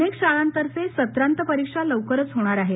अनेक शाळांतर्फे सत्रांत परिक्षा लवकरच होणार हेत